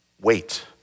Wait